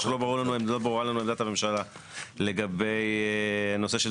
ולא ברורה לנו עמדת הממשלה לגבי נושא של